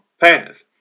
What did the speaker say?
path